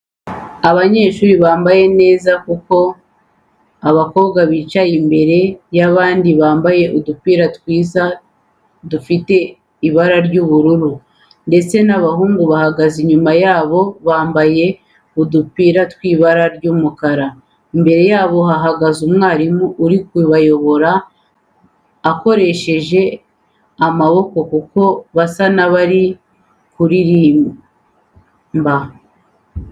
Abanyeshuri bambaye neza kuko abakobwa bicaye bere y'abandi bambaye udupira twiza dufite ibara ry'ubururu ndetse abahungu bahagaze inyuma bambaye udupira turi mu ibara ry'umukara. Imbere yabo hahagaze umwarimu uri kubayobora akoresheje amaboko kuko basa n'abari kuririmba.